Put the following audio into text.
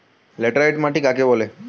Laterite মাটি কাকে বলে?